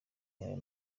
ayo